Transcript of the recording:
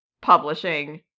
publishing